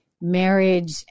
marriage